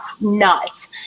nuts